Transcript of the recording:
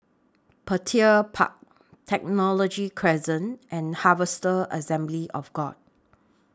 Petir Park Technology Crescent and Harvester Assembly of God